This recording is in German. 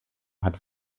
hat